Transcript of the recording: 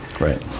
Right